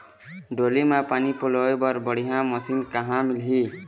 डोली म पानी पलोए बर बढ़िया मशीन कहां मिलही?